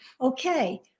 okay